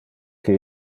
que